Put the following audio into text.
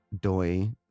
doi